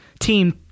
team